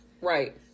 Right